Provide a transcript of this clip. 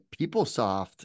PeopleSoft